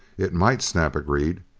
it might, snap agreed.